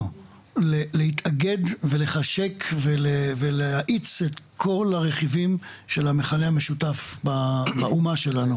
להתאגד ולחשק ולהאיץ את כל הרכיבים של המכנה המשותף באומה שלנו.